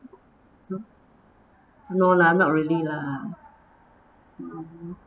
no lah not really lah